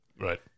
Right